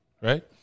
right